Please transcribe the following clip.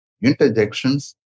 Interjections